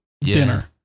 dinner